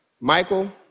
Michael